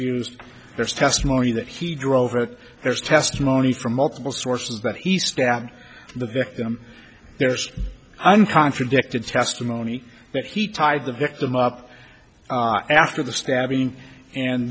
used there's testimony that he drove or there's testimony from multiple sources that he stabbed the victim there's i'm contradicted testimony that he tied the victim up after the stabbing and